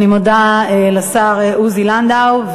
אני מודה לשר עוזי לנדאו.